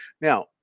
now